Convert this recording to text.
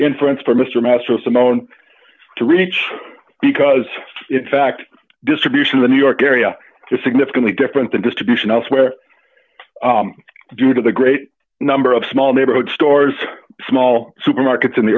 inference for mr mastro samone to reach because in fact distribution of the new york area is significantly different than distribution elsewhere due to the great number of small neighborhood stores small supermarkets in the